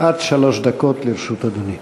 עד שלוש דקות לרשות אדוני.